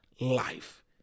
life